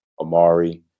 Amari